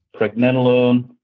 pregnenolone